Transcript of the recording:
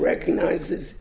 recognizes